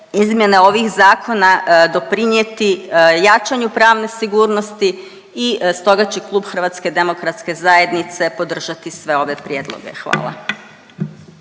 izmjene ovih zakona doprinijeti jačanju pravne sigurnosti i stoga će klub HDZ-a podržati sve ove prijedloge. Hvala.